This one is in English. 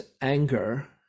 anger